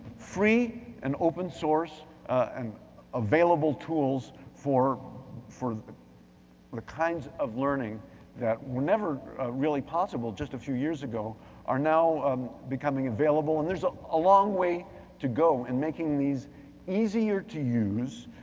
free and open source and available tools for for the kinds of learning that were never really possible just a few years ago are now um becoming available. and there's a long way to go in making these easier to use,